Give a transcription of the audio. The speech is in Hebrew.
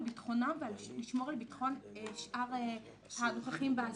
ביטחונם ולשמור על ביטחון שאר הנוכחים בהסעה.